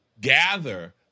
gather